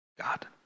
God